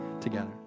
together